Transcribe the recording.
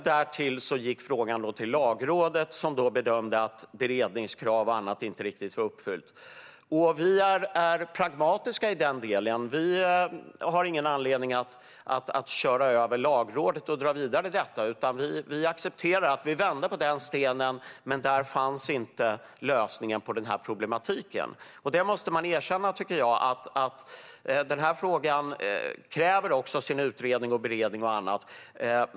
Därtill gick frågan till Lagrådet, som bedömde att beredningskrav och annat inte riktigt var uppfyllt. Vi är pragmatiska i den delen. Vi har ingen anledning att köra över Lagrådet och dra detta vidare, utan vi accepterar att vi vände på den stenen men att lösningen på den här problematiken inte fanns där. Man måste erkänna, tycker jag, att den här frågan kräver utredning, beredning och annat.